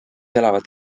elavad